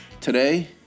today